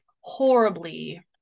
horribly